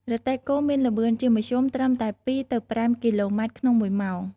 រទេះគោមានល្បឿនជាមធ្យមត្រឹមតែ ២ ទៅ ៥ គីឡូម៉ែត្រក្នុងមួយម៉ោង ។